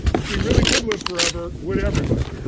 if we really could live forever, would everybody?